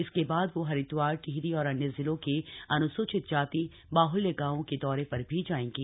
इसके बाद वो हरिद्वार टिहरी और अन्य जिलों के अन्सूचित जाति बाहल्य गांवों के दौरे पर भी जाएंगीं